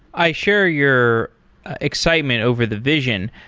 i share your excitement over the vision.